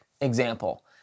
example